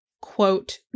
quote